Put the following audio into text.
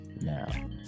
Now